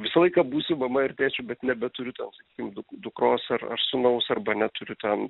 visą laiką būsiu mama ir tėčiu bet nebeturiu ten sakykim du dukros ar ar sūnaus arba neturiu ten